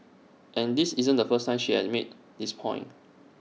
and this isn't the first time she has made this point